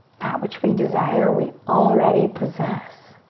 that which we desire, we already possess.